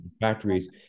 factories